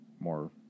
more